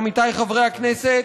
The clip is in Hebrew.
עמיתיי חברי הכנסת,